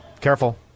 Careful